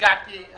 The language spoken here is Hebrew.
הגעתי באיחור.